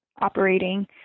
operating